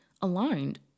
aligned